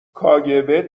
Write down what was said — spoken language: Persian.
کاگب